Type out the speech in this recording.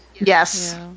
yes